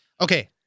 Okay